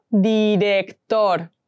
director